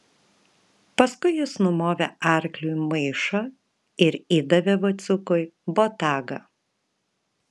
paskui jis numovė arkliui maišą ir įdavė vaciukui botagą